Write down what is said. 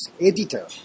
editor